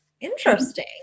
interesting